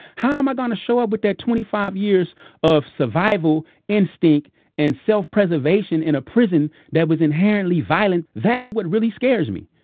how am i going to show up with that? twenty five years of survival instinct and self-preservation in a prison that was inherently violent? that's what really scares me?